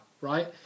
right